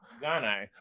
Ghana